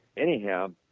anyhow,